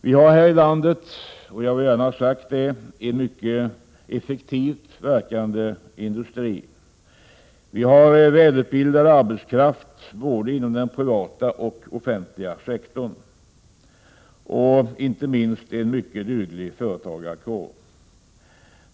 Vi har här i landet, och jag vill gärna ha det sagt, en mycket effektivt verkande industri och välutbildad arbetskraft inom både den privata och den offentliga sektorn, och vi har inte minst en mycket duktig företagarkår.